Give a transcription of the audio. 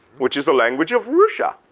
which is the language of russia,